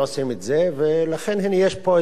ולכן, הנה, יש פה הזדמנות עכשיו: